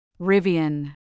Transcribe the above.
Rivian